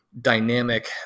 dynamic